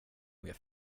med